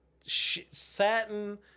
satin